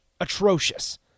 atrocious